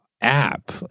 app